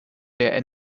der